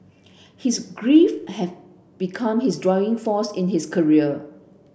his grief have become his driving force in his career